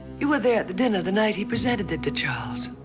you were there at the dinner the night he presented it to charles.